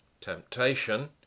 Temptation